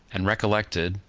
and recollected,